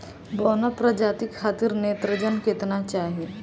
बौना प्रजाति खातिर नेत्रजन केतना चाही?